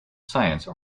science